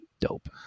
Dope